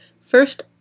first